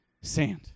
sand